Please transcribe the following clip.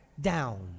down